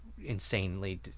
insanely